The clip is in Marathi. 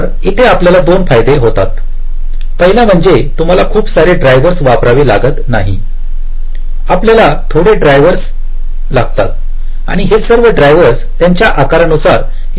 तर इथे आपल्याला दोन फायदे होतात पहिला म्हणजे तुम्हाला खूप सारे ड्रायव्हर्स वापरावे नाही लागत आपल्याला थोडे ड्रायव्हर्स लागतात आणि हे सर्व ड्रायव्हर्स त्यांच्या आकारानुसार एक सारखे असू शकतात